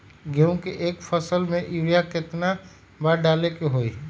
गेंहू के एक फसल में यूरिया केतना बार डाले के होई?